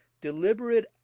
deliberate